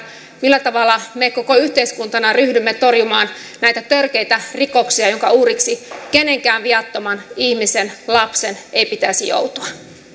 millä tavalla me koko yhteiskuntana ryhdymme torjumaan näitä törkeitä rikoksia joiden uhriksi kenenkään viattoman ihmisen lapsen ei pitäisi joutua